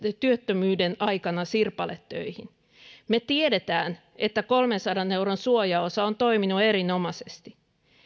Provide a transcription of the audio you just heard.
työttömyyden aikana sirpaletöihin me tiedämme että kolmensadan euron suojaosa on toiminut erinomaisesti